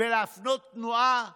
ולהפנות תנועה